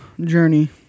journey